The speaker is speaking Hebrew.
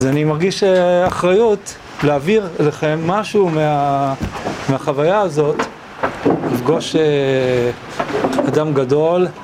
אז אני מרגיש אחריות להעביר לכם משהו מהחוויה הזאת, לפגוש אדם גדול.